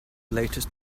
latest